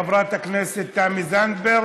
חברת הכנסת תמי זנדברג,